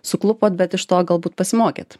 suklupot bet iš to galbūt pasimokėt